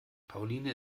pauline